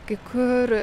kai kur